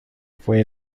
fue